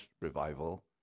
revival